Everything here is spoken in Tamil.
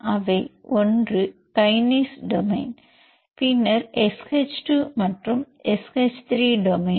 அவை ஒன்று கைனேஸ் டொமைன் பின்னர் SH 2 மற்றும் SH 3 டொமைன்